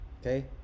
Okay